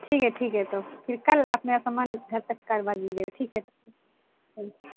ٹھیک ہے ٹھیک ہے تو پھر کل میرا سامان گھر تک کروا دیجیے گا ٹھیک ہے